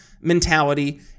mentality